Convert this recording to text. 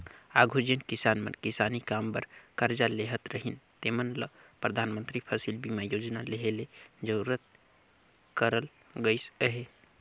आघु जेन किसान मन किसानी काम बर करजा लेहत रहिन तेमन ल परधानमंतरी फसिल बीमा योजना लेहे ले जरूरी करल गइस अहे